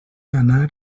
anar